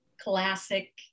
classic